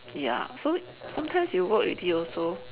ya so sometimes you work with it also